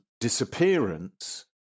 disappearance